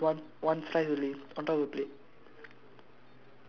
mine mine also is one one slice only on top of the plate